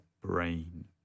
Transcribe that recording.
brain